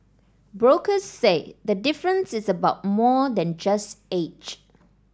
brokers say the difference is about more than just age